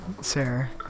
Sarah